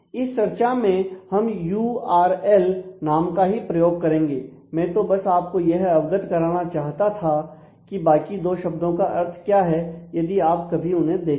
इस चर्चा में हम यू आर एल नाम का ही प्रयोग करेंगे मैं तो बस आपको यह अवगत कराना चाहता था कि बाकी 2 शब्दों का अर्थ क्या है यदि आप कभी उन्हें देखें